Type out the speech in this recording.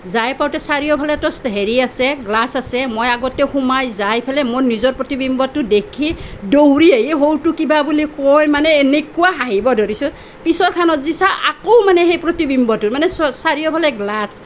যাই পাওঁতে চাৰিওফালেতো হেৰি আছে গ্লাছ আছে মই আগতে সোমাই যাই পেলাই মোৰ নিজৰ প্ৰতিবিম্বটো দেখি দৌৰি আহি সৌটো কিবা বুলি কৈ মানে এনেকুৱা হাঁহিব ধৰিছোঁ পিছৰখনত যে চাওঁ আকৌ মানে সেই প্ৰতিবিম্বটো মানে চ চাৰিওফালে গ্লাছ